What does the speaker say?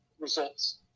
results